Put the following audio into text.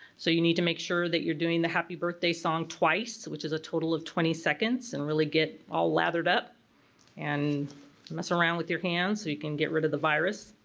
so you need to make sure that you're doing the happy birthday song twice which is a total of twenty seconds and really get all lathered up and mess around with your hands so you can get rid of the virus.